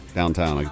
downtown